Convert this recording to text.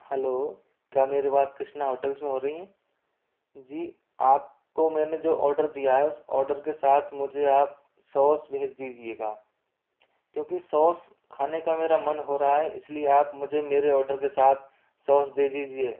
hello क्या मेरी बात कृष्णा होटल्स में हो रहीं हैं जी आपको मैंने जो ऑर्डर दिया है उस ऑर्डर के साथ मुझे आप सॉस भेज दीजिएगा क्योंकि सॉस खाने का मेरा मन हो रहा है इसलिए आप मुझे मेरे ऑर्डर के साथ सॉस दे दीजिए